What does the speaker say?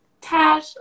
Tash